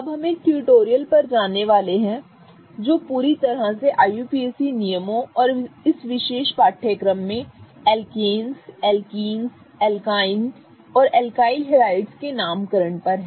अब हम एक ट्यूटोरियल पर जाने वाले हैं जो पूरी तरह से IUPAC नियमों और इस विशेष पाठ्यक्रम में एल्केन्स एल्कीन्स और एल्काइन और एल्काइल हैलाइड्स के नामकरण पर है